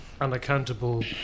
unaccountable